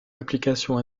applications